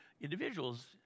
individuals